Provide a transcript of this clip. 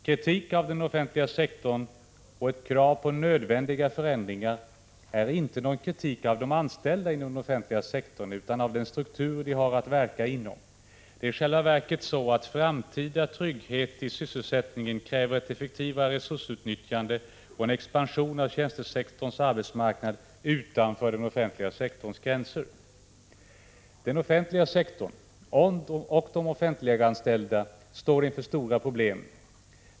Kritik av den offentliga sektorn och ett krav på nödvändiga förändringar är inte någon kritik av de anställda inom den offentliga sektorn utan av den struktur de har att verka inom. Det är i själva verket så att framtida trygghet i sysselsättningen kräver ett effektivare resursutnyttjande och en expansion av tjänstesektorns arbetsmarknad utanför den offentliga sektorns gränser. Den offentliga sektorn — och de offentliganställda — står inför stora problem.